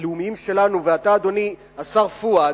השר פואד,